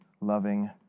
loving